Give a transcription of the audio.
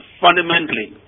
fundamentally